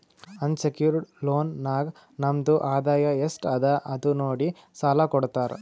unsecured loan ನಾಗ್ ನಮ್ದು ಆದಾಯ ಎಸ್ಟ್ ಅದ ಅದು ನೋಡಿ ಸಾಲಾ ಕೊಡ್ತಾರ್